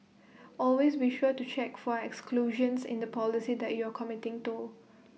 always be sure to check for exclusions in the policy that you are committing to